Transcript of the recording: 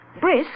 Brisk